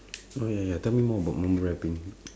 oh ya ya tell me more about mumble rapping